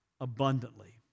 abundantly